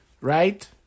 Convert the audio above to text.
right